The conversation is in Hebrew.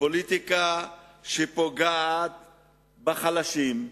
פוליטיקה שפוגעת בחלשים,